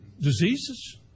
diseases